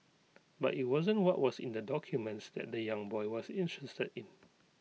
but IT wasn't what was in the documents that the young boy was interested in